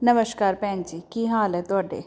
ਨਮਸਕਾਰ ਭੈਣ ਜੀ ਕੀ ਹਾਲ ਹੈ ਤੁਹਾਡੇ